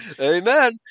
amen